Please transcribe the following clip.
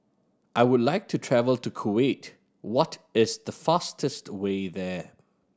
I would like to travel to Kuwait what is the fastest way there